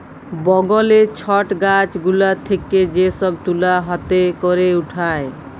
বগলে ছট গাছ গুলা থেক্যে যে সব তুলা হাতে ক্যরে উঠায়